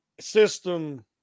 system